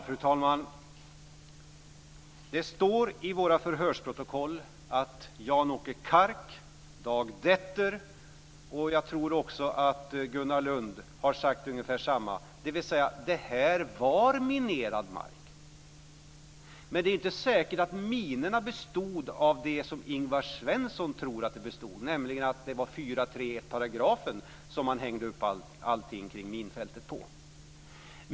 Fru talman! Det står i våra förhörsprotokoll att Jan-Åke Kark, Dag Detter och jag tror även Gunnar Lund har sagt ungefär detsamma, dvs. att detta var minerad mark. Men det är inte säkert att minorna bestod av det som Ingvar Svensson tror, nämligen att man hängde upp allt på 4.3-paragrafen och att den så att säga utgjorde minfältet.